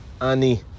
Ani